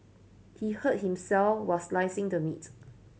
he hurt himself while slicing the meat